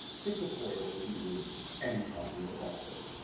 think of hoyle as you would any popular author.